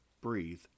breathe